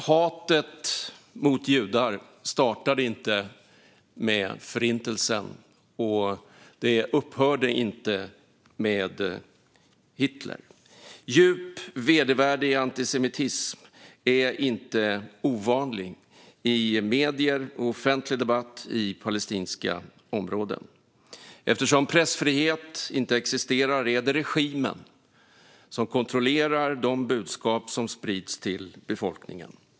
Hatet mot judar startade inte med Förintelsen, och det upphörde inte med Hitler. Djup vedervärdig antisemitism är inte ovanlig i medier och offentlig debatt i palestinska områden. Eftersom pressfrihet inte existerar är det regimen som kontrollerar de budskap som sprids till befolkningen.